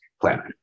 planning